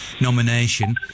nomination